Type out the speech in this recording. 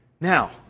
Now